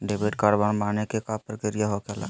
Debit card बनवाने के का प्रक्रिया होखेला?